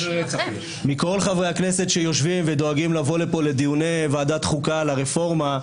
מכל חברי הכנסת שיושבים ודואגים לבוא לפה לדיוני ועדת החוקה על הרפורמה,